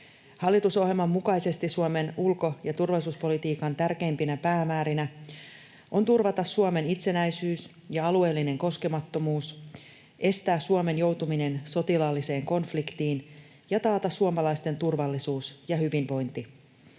Hallitusohjelman mukaisesti Suomen ulko- ja turvallisuuspolitiikan tärkeimpinä päämäärinä on turvata Suomen itsenäisyys ja alueellinen koskemattomuus, estää Suomen joutuminen sotilaalliseen konfliktiin ja taata suomalaisten turvallisuus ja hyvinvointi.